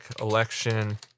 Election